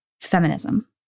feminism